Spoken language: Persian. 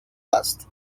است